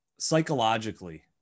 psychologically